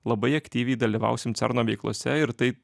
labai aktyviai dalyvausim cerno veiklose ir tai